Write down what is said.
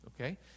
okay